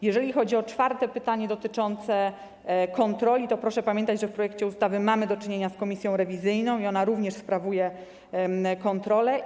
Jeżeli chodzi o czwarte pytanie, dotyczące kontroli, to proszę pamiętać, że w projekcie ustawy mamy do czynienia z komisją rewizyjną, która również sprawuje kontrolę.